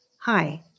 Hi